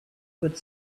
good